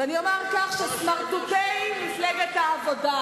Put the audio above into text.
ואני אומר גם שסמרטוטי מפלגת העבודה,